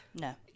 No